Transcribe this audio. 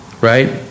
right